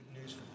news